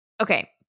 Okay